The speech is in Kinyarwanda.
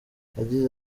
yagize